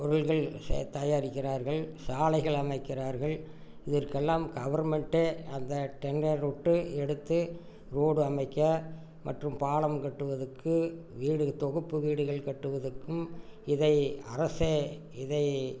பொருட்கள் சே தயாரிக்கிறார்கள் சாலைகள் அமைக்கிறார்கள் இதற்கெல்லாம் கவர்ன்மெண்ட்டே அந்த டெண்டர் விட்டு எடுத்து ரோடு அமைக்க மற்றும் பாலம் கட்டுவதுக்கு வீடு தொகுப்பு வீடுகள் கட்டுவதற்கும் இதை அரசே இதை